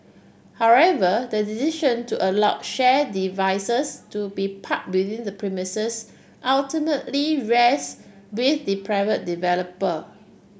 however the decision to allow shared devices to be parked within the premises ultimately rests with the private developer